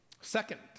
Second